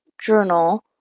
journal